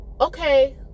okay